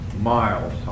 miles